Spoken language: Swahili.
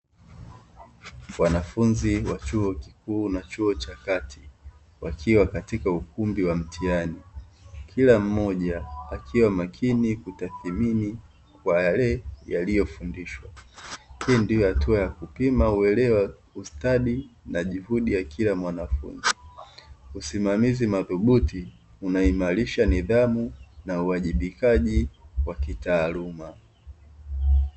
Wanafunzi wa chuo kikuu na chuo cha kati wakiwa katika ukumbi wa mtihani, kila mmoja akiwa makini kutathimini kwa yale yaliyofundishwa. Hii ndio hatua ya kupima uelewa, ustadi na juhudi ya kila mwanafunzi, usimamizi madhubuti unaimarisha nidhamu na uwajibikaji wa kitaaluma.